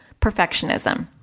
perfectionism